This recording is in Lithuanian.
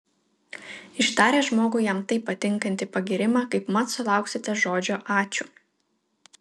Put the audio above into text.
ištaręs žmogui jam taip patinkantį pagyrimą kaipmat sulauksite žodžio ačiū